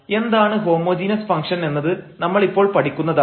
എന്താണ് ഹോമോജീനിസ് ഫംഗ്ഷൻഎന്നത് നമ്മൾ ഇപ്പോൾ പഠിക്കുന്നതാണ്